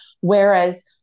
whereas